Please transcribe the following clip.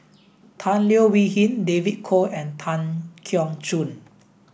Tan Leo Wee Hin David Kwo and Tan Keong Choon